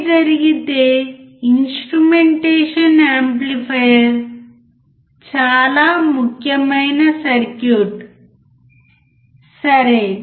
అదే జరిగితే instrumentation amplifier చాలా ముఖ్యమైన సర్క్యూట్ సరే